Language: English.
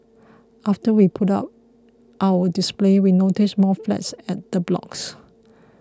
after we put up our display we noticed more flags at the blocks